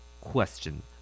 Question